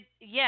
Yes